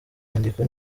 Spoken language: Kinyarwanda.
nyandiko